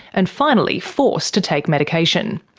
and finally forced to take medication.